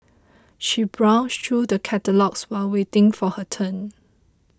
she browsed through the catalogues while waiting for her turn